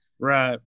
right